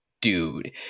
dude